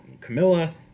Camilla